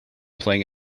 playing